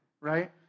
right